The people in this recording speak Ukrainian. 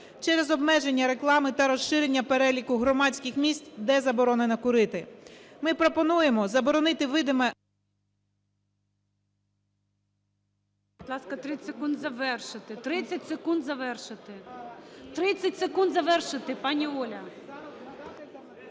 через обмеження реклами та розширення переліку громадських місць, де заборонено курити. Ми пропонуємо заборонити видиме…